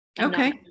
Okay